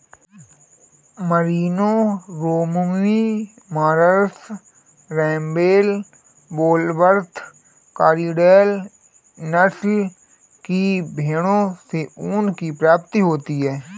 Merino, Romney marsh, रेम्बेल, Polwarth, Corriedale नस्ल की भेंड़ों से ऊन की प्राप्ति होती है